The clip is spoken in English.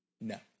No